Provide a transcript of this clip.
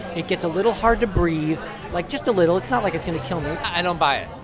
it gets a little hard to breathe like, just a little. it's not like it's going to kill me i don't buy it